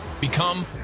Become